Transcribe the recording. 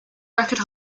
record